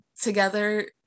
together